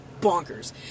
bonkers